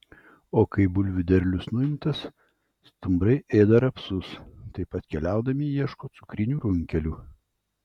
o kai bulvių derlius nuimtas stumbrai ėda rapsus taip pat keliaudami ieško cukrinių runkelių